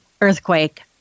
earthquake